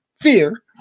Fear